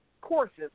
courses